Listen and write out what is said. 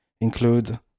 include